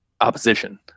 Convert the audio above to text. opposition